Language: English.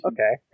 Okay